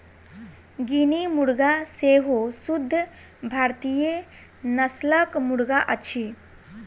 guinea मुर्गा सेहो शुद्ध भारतीय नस्लक मुर्गा अछि